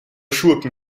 schurken